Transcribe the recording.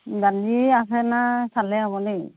দালি আছে নাই চালেহে হ'ব দেই